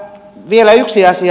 vielä yksi asia